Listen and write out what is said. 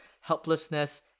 helplessness